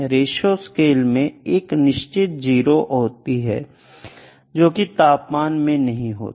रेशों स्केल में एक निश्चित जीरो होती है जोकि तापमान में नहीं होती